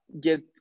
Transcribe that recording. get